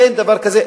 אין דבר כזה,